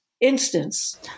instance